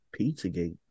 Pizzagate